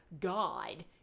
God